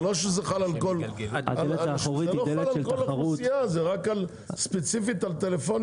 זה לא חל על כל האוכלוסייה אלא ספציפית על טלפונים.